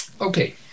Okay